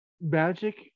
magic